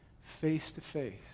face-to-face